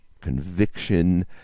conviction